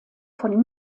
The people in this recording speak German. von